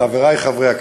חברי חברי הכנסת,